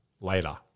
later